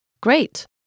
Great